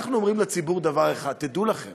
אנחנו אומרים לציבור דבר אחד: תדעו לכם